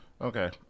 Okay